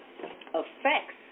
effects